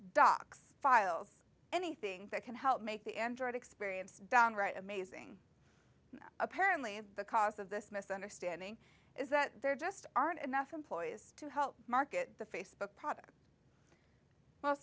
docs files anything that can help make the enjoyed experience downright amazing apparently is the cause of this misunderstanding is that there just aren't enough employees to help market the